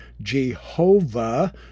Jehovah